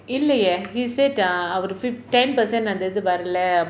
இல்லையே:illaiye he said err அவருக்கு:avarukku ten percent அந்த இது வரலை:antha ithu varalai